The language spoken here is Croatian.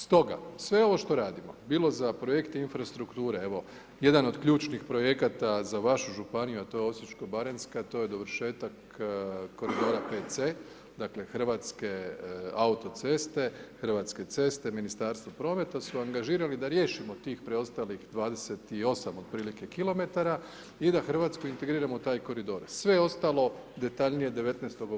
Stoga, sve ovo što radimo, bilo za projekte infrastrukture, jedan od ključnih projekata za vašu županiju a to je Osječko-baranjska, to je dovršetak koridora 5C, dakle Hrvatske autoceste, Hrvatske ceste, Ministarstvo prometa su angažirali da riješimo tih preostalih 28 otprilike km i da Hrvatsku integriramo u taj koridor, sve ostalo detaljnije 19. u Pakracu.